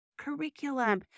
curriculum